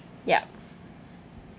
yup